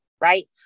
right